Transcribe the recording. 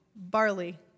Barley